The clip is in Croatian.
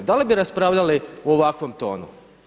Da li bi raspravljali u ovakvom tonu?